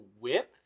width